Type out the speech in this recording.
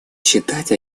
читать